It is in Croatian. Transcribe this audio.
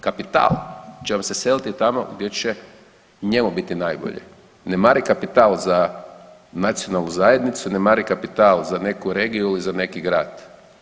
Kapital će vam se seliti tamo gdje će njemu biti najbolje, ne mari kapital za nacionalnu zajednicu, ne mari kapital za neku regiju ili za neki grad.